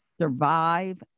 survive